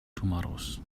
tomorrows